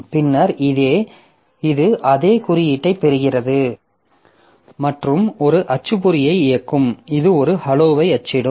பின்னர் இது அதே குறியீட்டைப் பெறுகிறது மற்றும் ஒரு அச்சுப்பொறியை இயக்கும் இது ஒரு helloவை அச்சிடும்